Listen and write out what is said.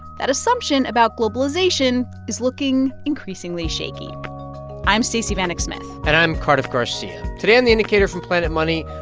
that assumption about globalization is looking increasingly shaky i'm stacey vanek smith and i'm cardiff garcia. today on the indicator from planet money,